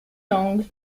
langue